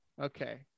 Okay